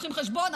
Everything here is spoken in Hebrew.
פותחים חשבון,